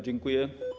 Dziękuję.